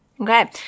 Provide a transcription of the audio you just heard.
Okay